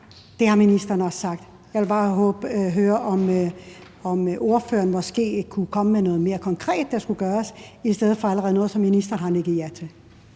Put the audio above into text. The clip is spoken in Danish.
Det har ministeren også sagt. Jeg vil bare høre, om ordføreren måske kunne komme med noget mere konkret, der skulle gøres, i stedet for noget, som ministeren allerede har nikket ja til.